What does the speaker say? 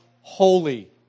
holy